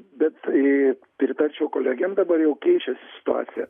bet pritarčiau kolegėm dabar jau keičiasi situacija